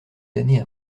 damnée